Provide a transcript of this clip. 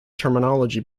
terminology